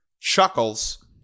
chuckles